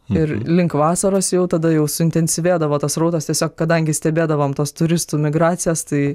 ir link vasaros jau tada jau suintensyvėdavo tas srautas tiesiog kadangi stebėdavom tas turistų migracijas tai